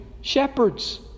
Shepherds